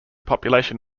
population